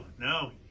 no